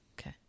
Okay